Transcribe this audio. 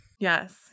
Yes